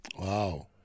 Wow